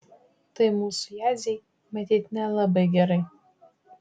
tai mūsų jadzei matyt nelabai gerai